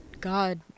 God